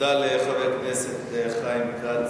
תודה לחבר הכנסת חיים כץ,